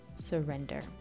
surrender